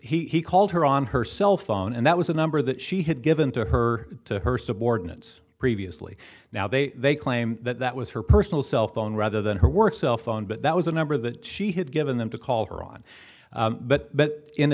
the he called her on her cell phone and that was a number that she had given to her to her subordinates previously now they claim that that was her personal cell phone rather than her work cell phone but that was a number that she had given them to call her on but